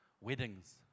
Weddings